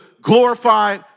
glorify